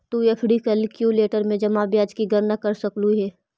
तु FD calculator में जमा ब्याज की गणना कर सकलू हे